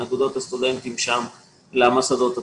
אגודות הסטודנטים שם למוסדות עצמם.